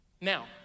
Now